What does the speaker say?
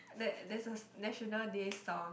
there there's a National Day song